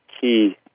key